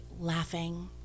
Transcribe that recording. laughing